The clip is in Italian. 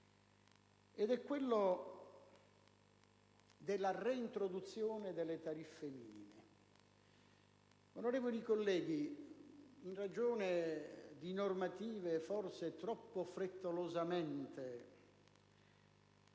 quello della reintroduzione delle tariffe minime. Onorevoli colleghi, in ragione di normative forse troppo frettolosamente